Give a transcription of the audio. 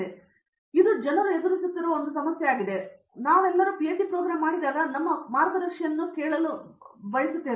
ಆದ್ದರಿಂದ ಇದು ಜನರು ಎದುರಿಸುತ್ತಿರುವ ಒಂದು ಸಮಸ್ಯೆಯಾಗಿದೆ ಮತ್ತು ನಾವು ಎಲ್ಲಾ ನಮ್ಮ ಪಿಎಚ್ಡಿ ಪ್ರೋಗ್ರಾಂ ಮಾಡಿದಾಗ ನಮ್ಮ ಮಾರ್ಗದರ್ಶಿಯನ್ನು ಕೇಳಲು ನಾವು ಬಳಸುತ್ತೇವೆ